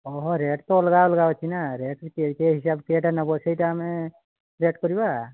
ହଁ ହଁ ରେଟ୍ ତ ଅଲଗା ଅଲଗା ଅଛି ନା ରେଟ୍ କିଏ କିଏ ହିସାବ କେଇଟା ନେବ ସେଇଟା ଆମେ ରେଟ୍ କରିବା